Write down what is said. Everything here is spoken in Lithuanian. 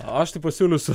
aš tai pasiūlysiu